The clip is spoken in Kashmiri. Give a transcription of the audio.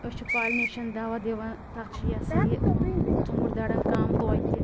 أسۍ چھِ پالنیشن دوا دِوان تَتھ چھُ یہِ ہسا یہِ ژوٗنٛٹھۍ دَڑان کم توتہِ تہِ